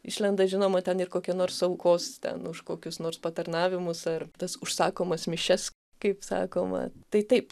išlenda žinoma ten ir kokia nors aukos ten už kokius nors patarnavimus ar tas užsakomas mišias kaip sakoma tai taip